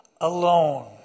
alone